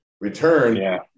return